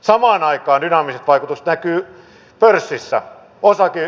samaan aikaan dynaamiset vaikutukset näkyvät pörssissä